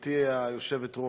גברתי היושבת-ראש,